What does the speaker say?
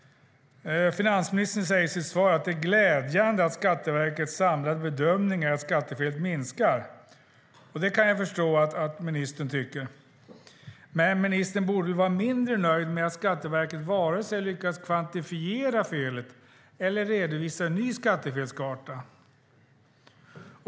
Finansministern säger i sitt svar att det är glädjande att Skatteverkets samlade bedömning är att skattefelet minskar. Det kan jag förstå att ministern tycker, men han borde väl vara mindre nöjd med att Skatteverket inte vare sig lyckats kvantifiera felet eller redovisat en ny skattefelskarta.